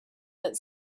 that